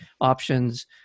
options